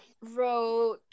wrote